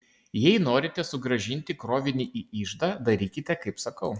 jei norite sugrąžinti krovinį į iždą darykite kaip sakau